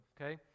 okay